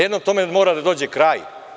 Jednom tome mora da dođe kraj.